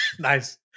Nice